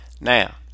Now